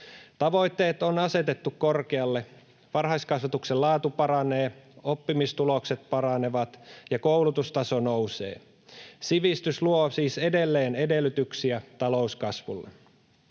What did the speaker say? Tavoitteet on asetettu korkealle. Varhaiskasvatuksen laatu paranee, oppimistulokset paranevat, ja koulutustaso nousee. Sivistys luo siis edelleen edellytyksiä talouskasvulle.